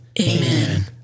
Amen